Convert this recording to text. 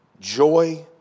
joy